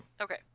Okay